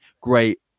great